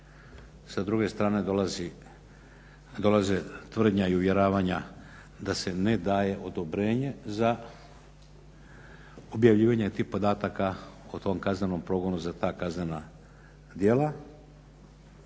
Sa druge strane dolaze tvrdnje i uvjeravanja da se ne daje odobrenje za objavljivanje tih podataka o tom kaznenom progonu, za ta kaznena djela.